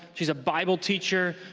she's a bible teacher,